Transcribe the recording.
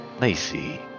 Lacey